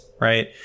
right